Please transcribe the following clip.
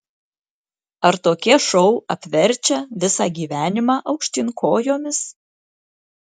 ar tokie šou apverčia visą gyvenimą aukštyn kojomis